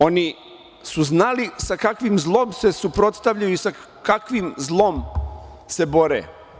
Oni su znali sa kakvim zlom se suprotstavljaju i sa kakvim zlom se bore.